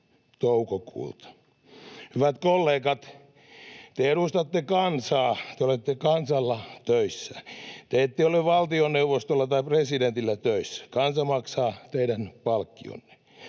Hyvät kollegat: ”Te edustatte kansaa, te olette kansalla töissä. Te ette ole valtioneuvostolla tai presidentillä töissä, kansa maksaa teidän palkkionne.